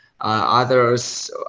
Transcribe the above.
others